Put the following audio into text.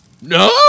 No